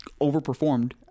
overperformed